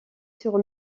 sur